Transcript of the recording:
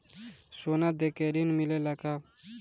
सोना देके ऋण मिलेला का?